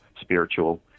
spiritual